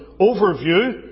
overview